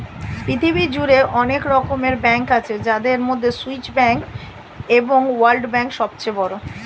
পৃথিবী জুড়ে অনেক রকমের ব্যাঙ্ক আছে যাদের মধ্যে সুইস ব্যাঙ্ক এবং ওয়ার্ল্ড ব্যাঙ্ক সবচেয়ে বড়